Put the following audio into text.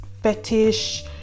fetish